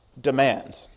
demand